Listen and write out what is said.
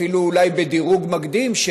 אפילו אולי בדירוג מקדים,